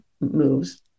moves